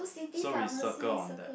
so we circle on that